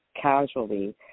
casually